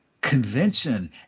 convention